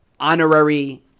honorary